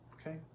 Okay